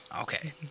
Okay